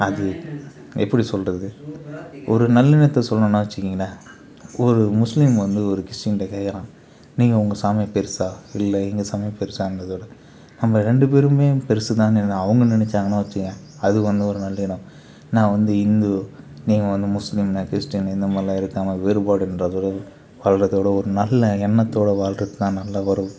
அது எப்படி சொல்கிறது ஒரு நல்ல எண்ணத்தை சொல்லணுனால் வச்சிக்கங்களே ஒரு முஸ்லீம் வந்து ஒரு கிறிஸ்டீன்ட கேட்குறான் நீங்கள் உங்கள் சாமி பெருசா இல்லை எங்கள் சாமி பெருசாங்கிறதை விட நம்ம ரெண்டு பேருமே பெருசுதானே அவங்க நினச்சாங்கனு வச்சுக்கங்க அது வந்து ஒரு நல்லினம் நான் வந்து இந்து நீங்கள் வந்து முஸ்லீம் நான் கிறிஸ்டீனு இந்தமாரிலாம் இருக்காமல் வேறுபாடுன்றது வாழ்கிறதோட ஒரு நல்ல எண்ணத்தோடு வாழ்கிறதுதான் நல்ல ஒரு